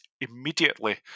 immediately